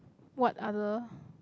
what other